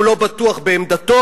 הוא לא בטוח בעמדתו,